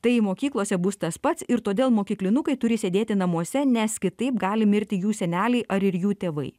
tai mokyklose bus tas pats ir todėl mokyklinukai turi sėdėti namuose nes kitaip gali mirti jų seneliai ar ir jų tėvai